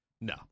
No